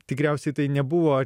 tikriausiai tai nebuvo